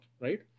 right